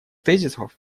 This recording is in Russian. тезисов